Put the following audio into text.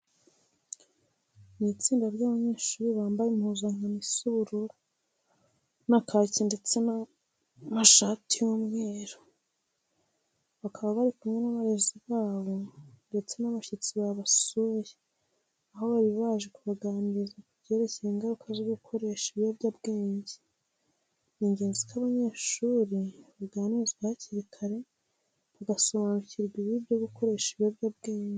Ni itsinda ry'abanyeshuri bambaye impuzankano isa ubururu na kake ndetse n'amashati y'umweru. Bakaba bari kumwe n'abarezi babo ndetse n'abashyitsi babasuye, aho bari baje kubaganiriza ku byerekeye ingaruka zo gukoresha ibiyobyabwenge. Ni ingenzi ko abanyeshuri baganirizwa hakiri kare, bagasobanurirwa ibibi byo gukoresha ibiyobyabwenge.